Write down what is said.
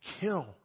kill